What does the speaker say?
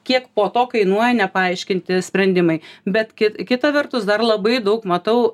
kiek po to kainuoja nepaaiškinti sprendimai bet kita vertus dar labai daug matau